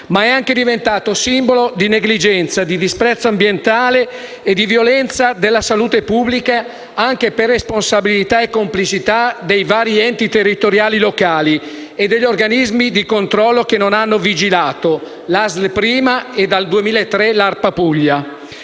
Ma è diventato anche simbolo di negligenza, di disprezzo ambientale e di violenza della salute pubblica, anche per responsabilità e complicità dei vari enti territoriali locali e degli organismi di controllo che non hanno vigilato: l'ASL prima e, dal 2003, l'ARPA Puglia.